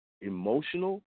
Emotional